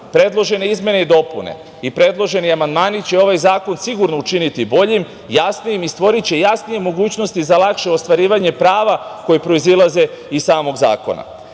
predložene izmene i dopune i predloženi amandmani će ovaj zakon sigurno učiniti boljim, jasnijim i stvoriće jasnije mogućnosti za ostvarivanje prava koja proizilaze iz zakona. Kada